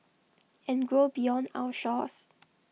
and grow beyond our shores